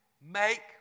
make